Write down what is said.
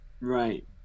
Right